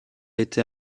été